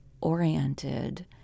oriented